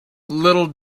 little